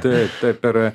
taip taip ir e